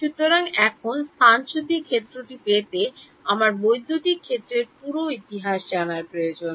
সুতরাং এখন স্থানচ্যুতি ক্ষেত্রটি পেতে আমার বৈদ্যুতিক ক্ষেত্রের পুরো সময়ের ইতিহাস প্রয়োজন